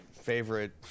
favorite